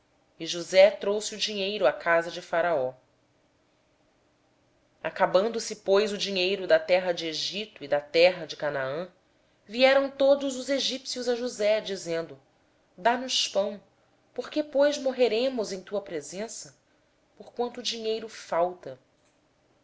e josé trouxe o dinheiro à casa de faraó quando se acabou o dinheiro na terra do egito e na terra de canaã vieram todos os egípcios a josé dizendo dà nos pão por que morreremos na tua presença porquanto o dinheiro nos falta